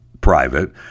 private